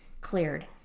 cleared